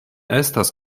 estas